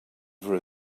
for